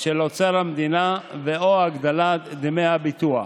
של אוצר המדינה או הגדלת דמי הביטוח.